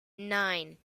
nine